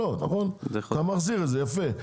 לא, אתה מחזיר את זה, יפה.